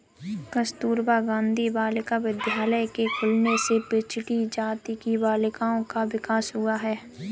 कस्तूरबा गाँधी बालिका विद्यालय के खुलने से पिछड़ी जाति की बालिकाओं का विकास हुआ है